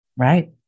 Right